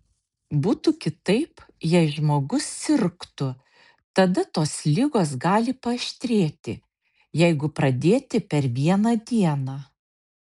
būtų kitaip jei žmogus sirgtų tada tos ligos gali paaštrėti jeigu pradėti per vieną dieną